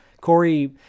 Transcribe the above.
Corey